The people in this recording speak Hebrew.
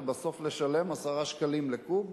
ובסוף לשלם 10 שקלים לקוב?